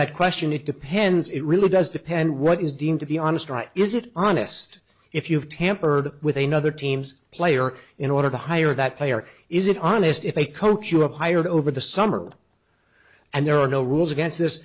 that question it depends it really does depend what is deemed to be honest is it honest if you've tampered with a nother team's player in order to hire that player isn't honest if a coach you have hired over the summer and there are no rules against this